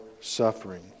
suffering